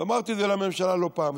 אמרתי זה לממשלה לא פעם,